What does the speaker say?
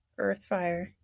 Earthfire